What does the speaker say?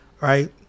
Right